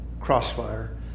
crossfire